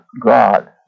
God